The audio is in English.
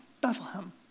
Bethlehem